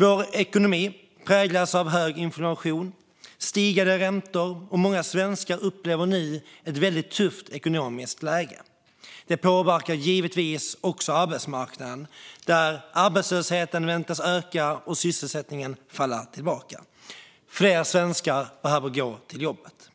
Vår ekonomi präglas av hög inflation och stigande räntor, och många svenskar upplever nu ett tufft ekonomiskt läge. Detta påverkar givetvis också arbetsmarknaden, där arbetslösheten väntas öka och sysselsättningen falla tillbaka. Fler svenskar behöver gå till jobbet.